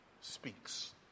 speaks